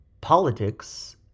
politics